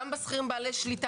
גם בשכירים בעלי שליטה.